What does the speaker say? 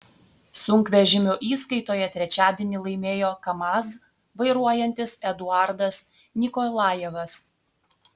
sunkvežimių įskaitoje trečiadienį laimėjo kamaz vairuojantis eduardas nikolajevas